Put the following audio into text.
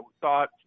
thought